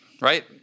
right